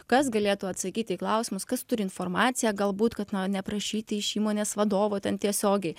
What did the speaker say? kas galėtų atsakyti į klausimus kas turi informaciją galbūt kad na neprašyti iš įmonės vadovo ten tiesiogiai